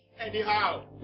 anyhow